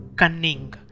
cunning